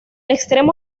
extremo